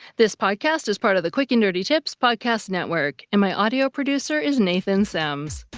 this podcast is part of the quick and dirty tips podcast network, and my audio producer is nathan semes.